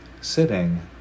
sitting